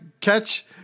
catch